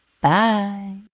Bye